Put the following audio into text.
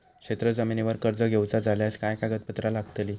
शेत जमिनीवर कर्ज घेऊचा झाल्यास काय कागदपत्र लागतली?